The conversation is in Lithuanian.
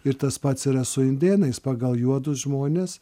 ir tas pats yra su indėnais pagal juodus žmones